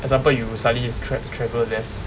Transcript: example you suddenly travel less